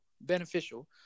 beneficial